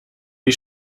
die